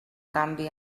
canvi